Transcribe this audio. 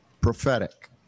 prophetic